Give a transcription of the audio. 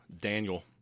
Daniel